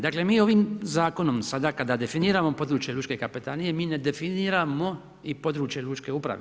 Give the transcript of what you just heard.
Dakle, mi ovim zakonom sada kada definiramo područje lučke kapetanije, mi ne definiramo i područje lučke uprave.